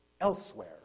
elsewhere